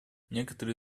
некоторые